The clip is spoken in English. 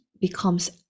becomes